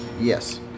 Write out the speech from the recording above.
yes